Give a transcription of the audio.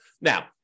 Now